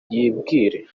kwibwira